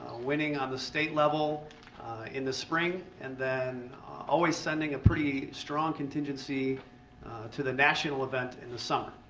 winning on the state level in the spring and then always sending a pretty strong contingency to the national event in the summer.